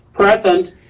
present.